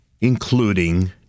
Including